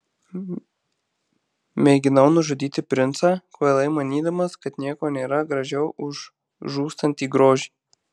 mėginau nužudyti princą kvailai manydamas kad nieko nėra gražiau už žūstantį grožį